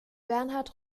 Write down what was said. bernhard